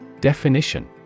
definition